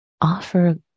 offer